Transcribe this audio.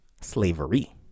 slavery